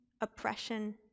oppression